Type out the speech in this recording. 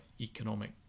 economic